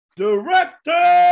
director